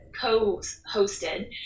co-hosted